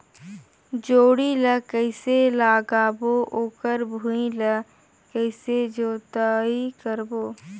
जोणी ला कइसे लगाबो ओकर भुईं ला कइसे जोताई करबो?